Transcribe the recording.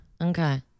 Okay